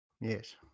Yes